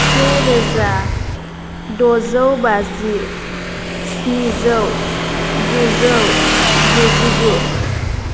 से रोजा द'जौ बाजि स्निजौ गुजौ गुजिगु